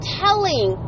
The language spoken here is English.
telling